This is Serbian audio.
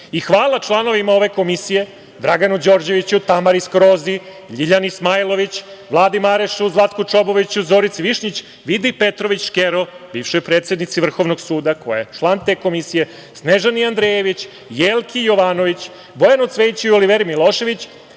I hvala članovima ove komisije – Draganu Đorđeviću, Tamari Skrozi, Ljiljani Smailović, Vladi Marešu, Zlatku Čoboviću, Zorici Višnjić, Vidi Petrović Škero, bivšoj predsednici Vrhovnog suda, koja je član te komisije, Snežani Andrejević, Jelki Jovanović, Bojanu Cvejiću i Oliveri Milošević,